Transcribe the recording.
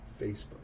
Facebook